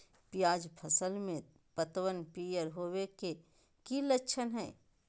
प्याज फसल में पतबन पियर होवे के की लक्षण हय?